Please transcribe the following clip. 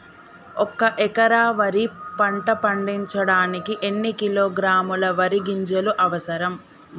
ఒక్క ఎకరా వరి పంట పండించడానికి ఎన్ని కిలోగ్రాముల వరి గింజలు అవసరం?